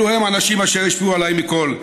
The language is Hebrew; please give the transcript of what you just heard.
אלה האנשים אשר השפיעו עליי מכול,